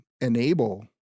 enable